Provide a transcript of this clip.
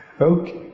Okay